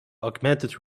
augmented